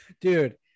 Dude